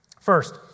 First